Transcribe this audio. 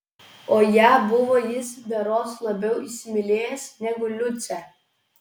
o ją buvo jis berods labiau įsimylėjęs negu liucę